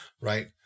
right